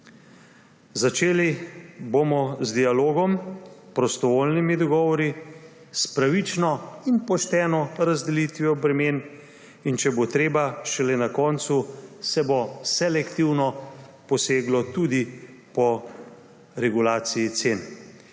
Začeli bomo z dialogom, prostovoljnimi dogovori, s pravično in pošteno razdelitvijo bremen in če bo treba, šele na koncu se bo selektivno poseglo tudi po regulaciji cen.